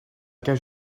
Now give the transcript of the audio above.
gives